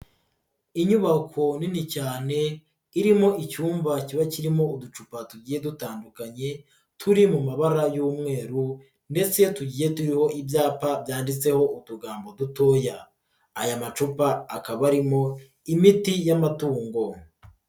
Inyubako nini cyane irimo icyumba kiba kirimo uducupa tugiye dutandukanye turi mu mabara y'umweru ndetse iyo tugiye turiho ibyapa byanditseho utugambo dutoya, aya macupa akaba arimo imiti y'amatungo.